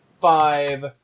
five